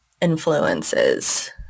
influences